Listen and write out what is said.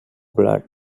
blood